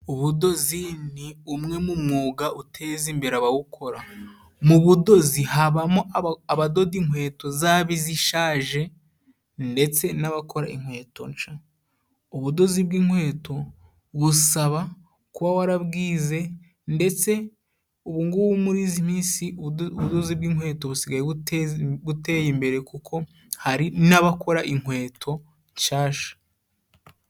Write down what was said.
Ubudozi ni umwe mu mwuga uteza imbere abawukora. Mu budozi habamo abadoda inkweto zaba izishaje ndetse n'abakora inkweto nsha. Ubudozi bw'inkweto busaba kuba warabwize ndetse ubungubu muri izi minsi ubudozi bw'inkweto busigaye buteye imbere kuko hari n'abakora inkweto nshasha.